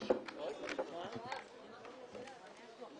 הישיבה ננעלה בשעה 10:33.